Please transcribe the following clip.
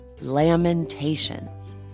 Lamentations